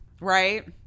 right